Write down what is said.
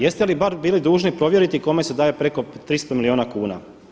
Jeste li bar bili dužni provjeriti kome se daje preko 300 milijuna kuna?